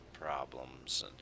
problems